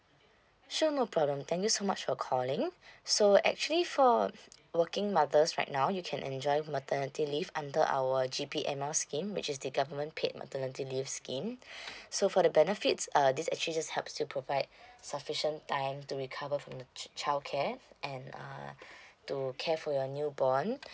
sure no problem thank you so much for calling so actually for working mothers right now you can enjoy maternity leave under our G_P_M_L scheme which is the government paid maternity leave scheme so for the benefits uh this actually just helps to provide sufficient time to recover from the ch~ childcare and uh to care for your newborn